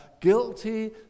guilty